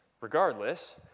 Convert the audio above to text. regardless